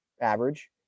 average